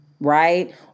Right